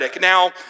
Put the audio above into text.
Now